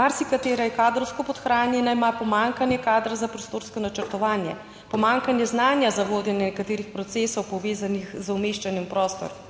marsikatera je kadrovsko podhranjena, ima pomanjkanje kadra za prostorsko načrtovanje, pomanjkanje znanja za vodenje nekaterih procesov, povezanih z umeščanjem v prostor